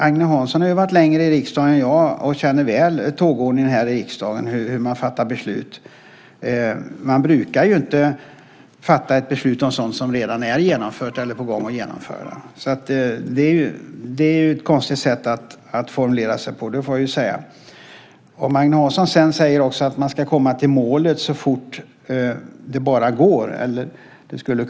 Agne Hansson har varit längre i riksdagen än jag och känner väl tågordningen när man fattar beslut här. Man brukar inte fatta beslut om sådant som redan är genomfört eller på gång att genomföras. Det är ett konstigt sätt att formulera sig på. Agne Hansson säger att man ska komma till målet så fort det bara går.